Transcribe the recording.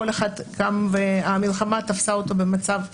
כל אחד המלחמה תפסה אותו במצב שונה,